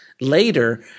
later